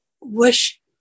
wish